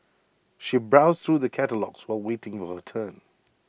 she browsed through the catalogues while waiting for her turn